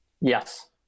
Yes